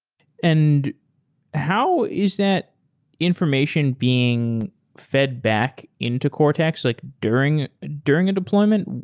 and how is that information being fed back into cortex like during during a deployment?